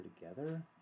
together